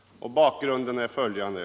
Bakgrunden är följande.